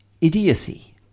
idiocy